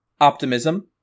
optimism